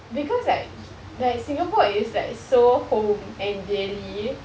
because like like singapore is like so home and dearly